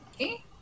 Okay